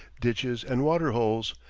ditches, and water-holes,